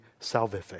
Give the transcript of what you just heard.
salvific